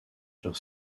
sur